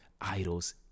idols